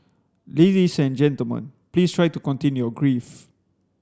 ladies and gentlemen please try to contain your grief